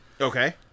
Okay